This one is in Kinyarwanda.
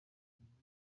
kaminuza